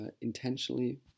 intentionally